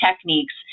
techniques